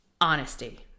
Honesty